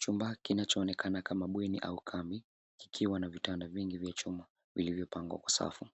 Chumba kinachoonekana kama bweni au kambi kikiwa na vitanda vyingi vya chuma vilivyopangwa kwa safu.